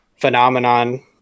phenomenon